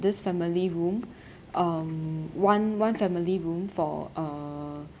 this family room um one one family room for uh